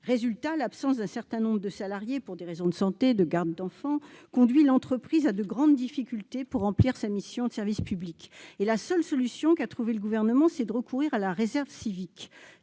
Ainsi, l'absence d'un certain nombre de salariés pour des raisons de santé ou de garde d'enfants conduit l'entreprise à de grandes difficultés pour remplir sa mission de service public. La seule solution qu'a trouvée le Gouvernement, c'est de recourir à la réserve civique.